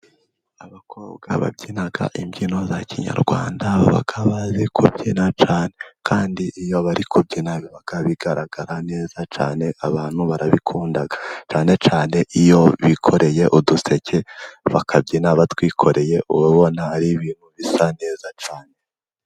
Abakobwa babyina imbyino za kinyarwanda, baba bazi kubyina cyane. Kandi iyo bari kubyina, biba bigaragara neza cyane. Abantu barabikunda cyane cyane iyo bikoreye uduseke, bakabyina batwikoreye uba ubona ari ibintu bisa neza cyane.